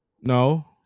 No